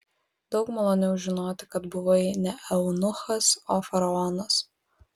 daug maloniau žinoti kad buvai ne eunuchas o faraonas